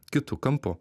kitu kampu